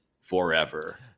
forever